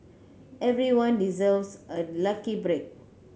everyone deserves a lucky break